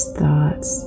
thoughts